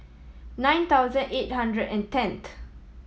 nine thousand eight hundred and tenth